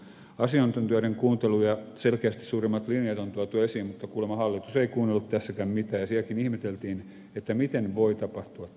asiantuntijoiden kuuntelu ja selkeästi suuremmat linjat on tuotu esiin mutta kuulemma hallitus ei kuunnellut tässäkään mitään ja sielläkin ihmeteltiin miten voi tapahtua tämmöistä juttua